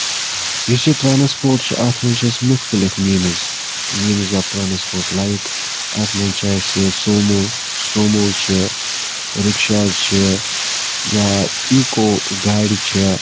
یُس یہِ ٹرانَسپورٹ چھُ اَتھ منٛز چھِ اَسہِ مُختٔلِف means means of transport like اَتھ منٛز چھُ اَسہِ سومو سوموز چھِ رِکشاز چھِ یا ایٖکو گاڈِ چھےٚ